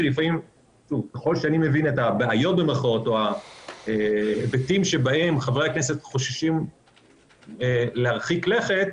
ככל שאני מבין את ההיבטים שבהם חברי הכנסת חוששים להרחיק לכת,